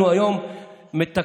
אנחנו היום מתקנים,